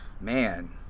Man